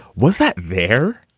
what's that there?